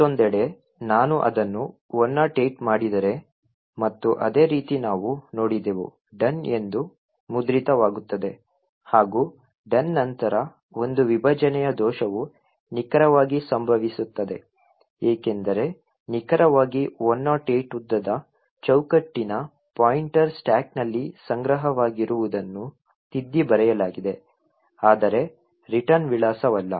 ಮತ್ತೊಂದೆಡೆ ನಾನು ಅದನ್ನು 108 ಮಾಡಿದರೆ ಮತ್ತು ಅದೇ ರೀತಿ ನಾವು ನೋಡಿದೆವು "done" ಎಂದು ಮುದ್ರಿತವಾಗುತ್ತದೆ ಹಾಗೂ "done" ನಂತರ ಒಂದು ವಿಭಜನೆಯ ದೋಷವು ನಿಖರವಾಗಿ ಸಂಭವಿಸುತ್ತದೆ ಏಕೆಂದರೆ ನಿಖರವಾಗಿ 108 ಉದ್ದದ ಚೌಕಟ್ಟಿನ ಪಾಯಿಂಟರ್ ಸ್ಟಾಕ್ನಲ್ಲಿ ಸಂಗ್ರಹವಾಗಿರುವದನ್ನು ತಿದ್ದಿ ಬರೆಯಲಾಗಿದೆ ಆದರೆ ರಿಟರ್ನ್ ವಿಳಾಸವಲ್ಲ